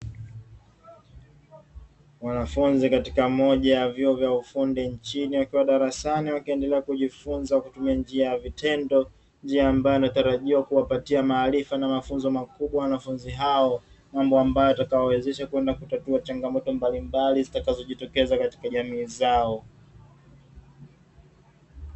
Mwanafunzi katika moja ya vyuo vya ufundi nchini akiwa darasani akiendelea kujifunza kwa kutumia njia ya vitendo, njia ambayo inatarajia kuwapatia maarifa na mafunzo makubwa wanafunzi hao, mambo ambayo yatakalowawezesha kwenda kutatua changamoto mbalimbali zitakazojitokeza katika jamii zao.